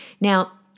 Now